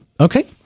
okay